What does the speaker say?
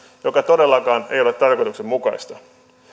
mikä todellakaan ei ole tarkoituksenmukaista